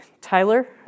Tyler